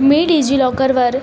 मी डिजि लॉकरवर